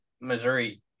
Missouri